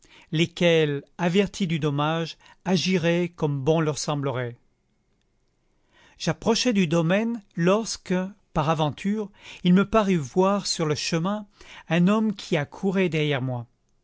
lesquels avertis du dommage agiraient comme bon leur semblerait j'approchais du domaine lorsque par aventure il me parut voir sur le chemin un homme qui accourait derrière moi